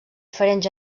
diferents